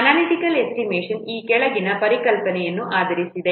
analytical estimation ಈ ಕೆಳಗಿನ ಪರಿಕಲ್ಪನೆಯನ್ನು ಆಧರಿಸಿದೆ